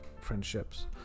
friendships